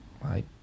Right